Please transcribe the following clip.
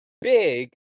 big